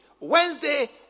Wednesday